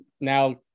now